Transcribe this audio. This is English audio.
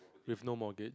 you have no mortga~